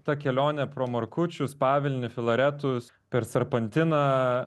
ta kelionė pro markučius pavilniu filaretus per serpantiną